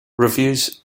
reviews